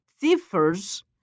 differs